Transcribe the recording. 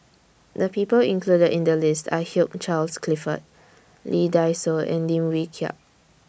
The People included in The list Are Hugh Charles Clifford Lee Dai Soh and Lim Wee Kiak